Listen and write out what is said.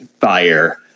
fire